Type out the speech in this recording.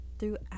Throughout